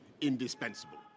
indispensable